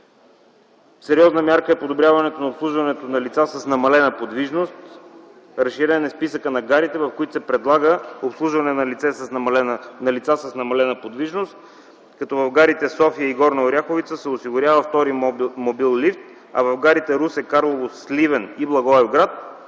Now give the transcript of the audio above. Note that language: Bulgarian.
Сериозна мярка е подобряването на обслужването на лица с намалена подвижност. Разширен е списъкът на гарите, в които се предлага обслужване на лица с намалена подвижност. В гарите София и Горна Оряховица се осигурява втори мобил-лифт, а в гарите Русе, Карлово, Сливен и Благоевград